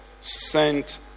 sent